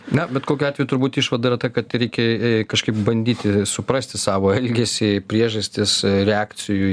na bet kokiu atveju turbūt išvada yra ta kad reikia kažkaip bandyti suprasti savo elgesį priežastis reakcijų